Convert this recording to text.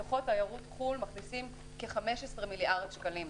מתוכו תיירות חו"ל מכניסים כ-15 מיליארד שקלים.